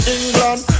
England